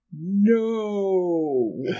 no